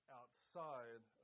outside